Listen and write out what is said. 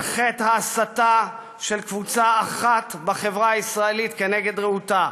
על חטא ההסתה של קבוצה אחת בחברה הישראלית נגד רעותה.